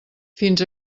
fins